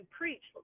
preach